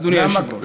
אדוני היושב-ראש.